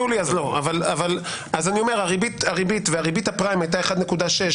אבל בוודאי ובוודאי שגם שם,